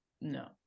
no